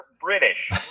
British